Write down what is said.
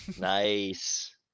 Nice